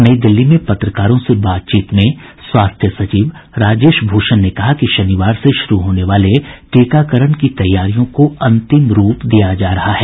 नई दिल्ली में पत्रकारों से बातचीत में स्वास्थ्य सचिव राजेश भूषण ने कहा कि शनिवार से शुरू होने वाले टीकाकरण की तैयारियों को अंतिम रूप दिया जा रहा है